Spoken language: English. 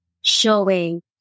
showing